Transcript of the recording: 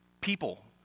people